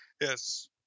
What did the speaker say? yes